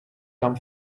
come